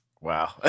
Wow